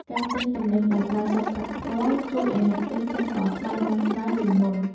ការទិញទំនិញដោយប្រើសាច់ប្រាក់ផ្ទាល់ ជួយឱ្យអ្នកទិញចេះតថ្លៃបានច្រើនជាងមុន។